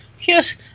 yes